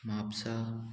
Mapusa